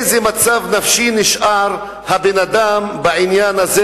באיזה מצב נפשי הבן-אדם נשאר בעניין הזה?